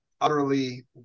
utterly